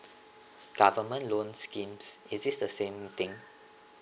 government loan schemes is this the same thing